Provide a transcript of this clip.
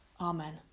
Amen